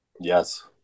Yes